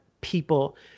people